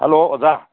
hello ꯑꯣꯖꯥ